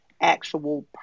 actual